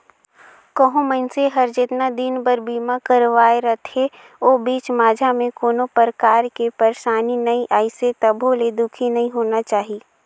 कहो मइनसे हर जेतना दिन बर बीमा करवाये रथे ओ बीच माझा मे कोनो परकार के परसानी नइ आइसे तभो ले दुखी नइ होना चाही